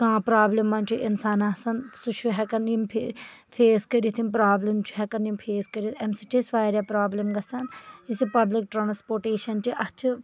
کانٛہہ پروبلِم منٛز چھُ اِنسان آسان سُہ چھُ ہٮ۪کان یِم فیس کٔرِتھ یِم پروبلِم چھُ ہٮ۪کان یِم فیس کٔرِتھ اَمہِ سۭتۍ چھِ اَسہِ واریاہ پروبلِم گژھان یُس یہِ پَبلِک ٹرانسپوٹیٚشن چھِ اَتھ چھِ